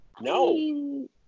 No